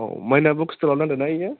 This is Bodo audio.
औ मैना बुक स्ट'राव नांदों ना बेयो